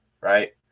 right